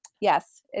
Yes